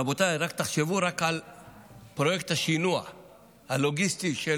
רבותיי, תחשבו רק על פרויקט השינוע הלוגיסטי של